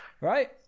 Right